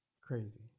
Crazy